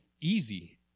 easy